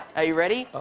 are you ready?